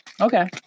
Okay